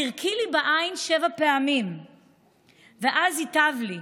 תירקי לי בעין שבע פעמים ואז ייטב לי.